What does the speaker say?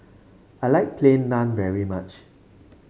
I like Plain Naan very much